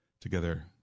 Together